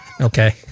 Okay